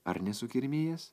ar nesukirmijęs